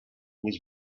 was